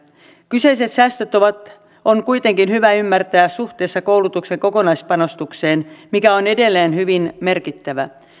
kyseiset säästöt on kuitenkin hyvä ymmärtää suhteessa koulutuksen kokonaispanostukseen mikä on edelleen hyvin merkittävä